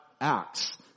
acts